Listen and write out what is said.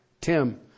Tim